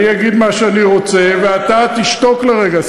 אני אגיד מה שאני רוצה, ואתה תשתוק לרגע.